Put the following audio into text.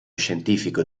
scientifico